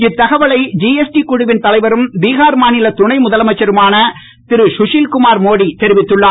இத்தகவலை ஜிஏஸ்டி குழுவின் தலைவரும் பீஹார் மாநில துணை முதலமைச்சருமான திருகஷில்குமார் மோடி தெரிவித்துன்ளார்